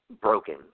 broken